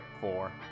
Four